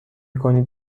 کنید